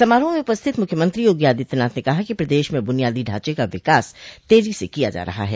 समारोह में उपस्थित मुख्यमंत्री योगी आदित्यनाथ ने कहा कि प्रदेश में बूनियादी ढॉचे का विकास तेजी से किया जा रहा है